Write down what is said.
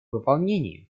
выполнению